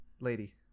lady